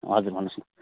हजुर भन्नुहोस् न